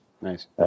Nice